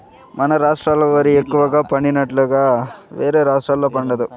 మన రాష్ట్రాల ఓరి ఎక్కువగా పండినట్లుగా వేరే రాష్టాల్లో పండదు